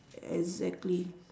exactly